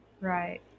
Right